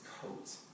coat